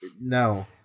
No